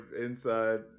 inside